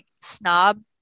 snob